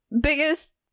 biggest